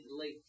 late